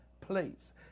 place